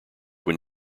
when